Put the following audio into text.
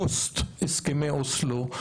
פוסט הסכמי אוסלו,